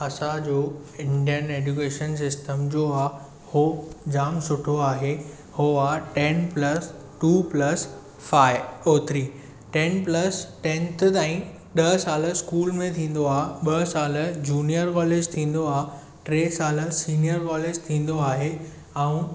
असांजो Indian education system जो आहे उहो जाम सुठो आहे उहो आहे ten plus two plus five or three ten plus tenth ताईं ॾह साल इस्कूल में थींदो आहे ॿ साल जूनियर कॉलेज थींदो आहे टे साल सीनियर कॉलेज थींदो आहे ऐं